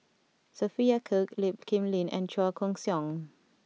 Sophia Cooke Lee Kip Lin and Chua Koon Siong